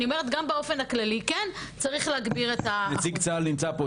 אני אומרת גם באופן הכללי צריך להגביר את ה- -- נציג צה"ל נמצא פה.